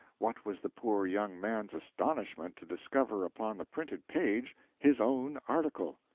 what was the poor young man's astonishment to discover upon the printed page his own article.